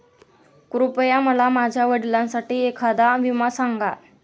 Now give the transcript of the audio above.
कृपया मला माझ्या वडिलांसाठी एखादा विमा सांगा